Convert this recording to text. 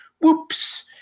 whoops